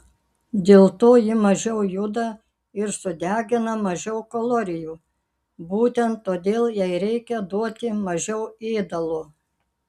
dėl to ji mažiau juda ir sudegina mažiau kalorijų būtent todėl jai reikia duoti mažiau ėdalo